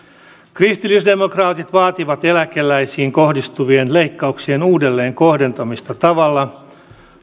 kristillisdemokraatit vaativat eläkeläisiin kohdistuvien leikkauksien uudelleenkohdentamista tavalla